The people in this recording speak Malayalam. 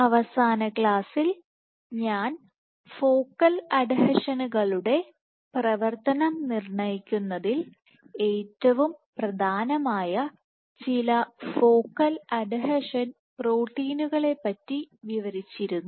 അവസാന ക്ലാസിൽ ഞാൻ ഫോക്കൽ അഡ്ഹീഷനുകളുടെFocal adhesion പ്രവർത്തനം നിർണ്ണയിക്കുന്നതിൽ ഏറ്റവും പ്രധാനമായ ചില ഫോക്കൽ അഡ്ഹീഷൻ പ്രോട്ടീനുകളെപ്പറ്റി Focal adhesion വിവരിച്ചിരുന്നു